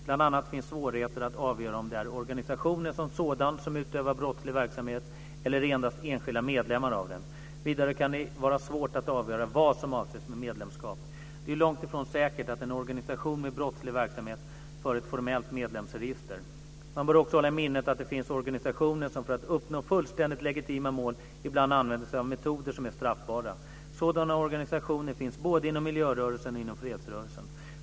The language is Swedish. Bl.a. finns svårigheten att avgöra om det är organisationen som sådan som utövar brottslig verksamhet eller endast enskilda medlemmar av den. Vidare kan det vara svårt att avgöra vad som avses med medlemskap. Det är långtifrån säkert att en organisation med brottslig verksamhet för ett formellt medlemsregister. Man bör också hålla i minnet att det finns organisationer som för att uppnå fullständigt legitima mål ibland använder sig av metoder som är straffbara. Sådana organisationer finns både inom miljörörelsen och inom fredsrörelsen.